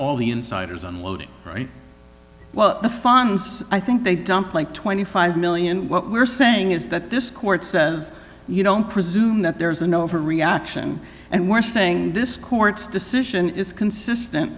all the insiders unloaded right well the funds i think they dumped like twenty five million what we're saying is that this court says you don't presume that there's an overreaction and we're saying this court's decision is consistent